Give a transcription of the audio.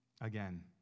again